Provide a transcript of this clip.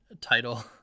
title